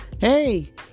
Hey